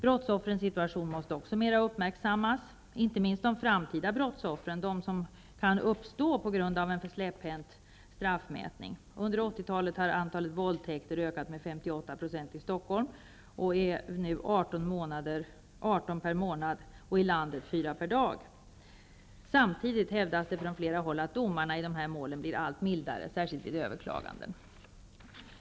Brottsoffrens situation måste också uppmärksammas mera, inte minst de framtida brottsoffren, de som kan komma att bli brottsoffer på grund av en alltför släpphänt straffutmätning. Under 80-talet har antalet våldtäkter ökat med 58 % i Stockholm och är nu 18 per månad. I hela landet begås fyra våldtäkter per dag. Samtidigt hävdas från flera håll att domarna i dessa mål blir allt mildare, särskilt vid överklaganden.